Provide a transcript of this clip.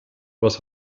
was